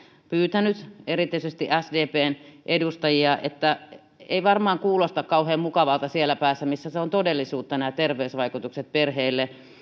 sanonut erityisesti sdpn edustajille että ei varmaan kuulosta kauhean mukavalta siellä päässä missä nämä terveysvaikutukset ovat todellisuutta perheille